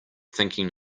thinking